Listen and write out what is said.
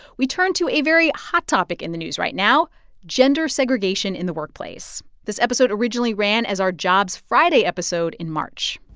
we turn to a very hot topic in the news right now gender segregation in the workplace. this episode originally ran as our jobs friday episode in march